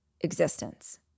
existence